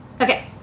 okay